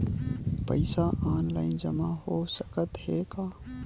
पईसा ऑनलाइन जमा हो साकत हे का?